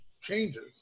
changes